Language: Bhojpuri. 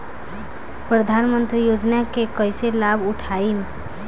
प्रधानमंत्री योजना के कईसे लाभ उठाईम?